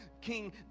King